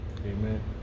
Amen